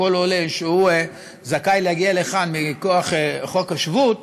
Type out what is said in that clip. כל עולה שזכאי להגיע לכאן מכוח חוק השבות